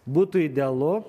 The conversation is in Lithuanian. būtų idealu